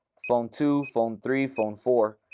phone two, phone three, phone four,